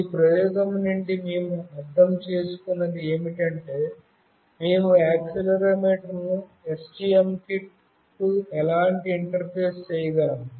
ఈ ప్రయోగం నుండి మేము అర్థం చేసుకున్నది ఏమిటంటే మేము యాక్సిలెరోమీటర్ను STM కిట్కు ఎలా ఇంటర్ఫేస్ చేయగలము